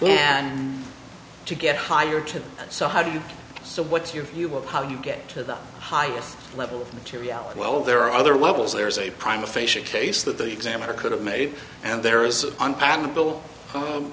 and to get higher to so how do you so what's your view of how you get to the highest level materiality well there are other levels there's a primal facia case that the examiner could have made and there is u